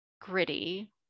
gritty